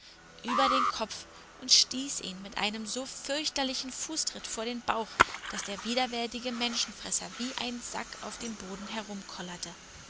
über den kopf und stieß ihn mit einem so fürchterlichen fußtritt vor den bauch daß der widerwärtige menschenfresser wie ein sack auf dem boden